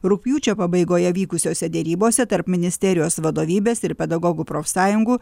rugpjūčio pabaigoje vykusiose derybose tarp ministerijos vadovybės ir pedagogų profsąjungų